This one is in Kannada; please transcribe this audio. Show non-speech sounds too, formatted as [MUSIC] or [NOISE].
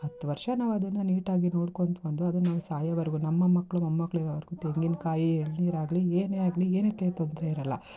ಹತ್ತು ವರ್ಷ ನಾವು ಅದನ್ನು ನೀಟಾಗಿ [UNINTELLIGIBLE] ಅದು ನಾವು ಸಾಯೋವರೆಗೂ ನಮ್ಮ ಮಕ್ಕಳು ಮೊಮ್ಮಕ್ಕಳು ಇರೋವರೆಗೂ ತೆಂಗಿನಕಾಯಿ ಎಳ ನೀರು ಆಗ್ಲಿ ಏನೇ ಆಗಲಿ ಏನಕ್ಕೆ ತೊಂದರೆ ಇರೋಲ್ಲ